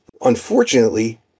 unfortunately